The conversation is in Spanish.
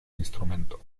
instrumento